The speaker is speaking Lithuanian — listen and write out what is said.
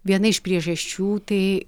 viena iš priežasčių tai